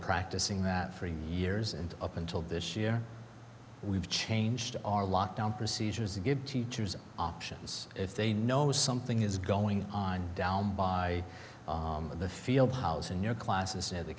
practicing that for years and up until this year we've changed our lockdown procedures to give teachers options if they know something is going on down by the field house in your classes